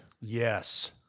Yes